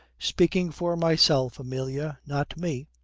speaking for myself, amelia, not me.